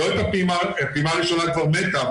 הפעימה הראשונה כבר מתה,